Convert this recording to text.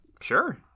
Sure